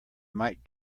might